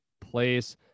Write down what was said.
place